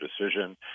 decision